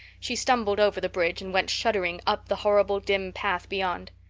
she stumbled over the bridge and went shuddering up the horrible dim path beyond.